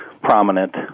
prominent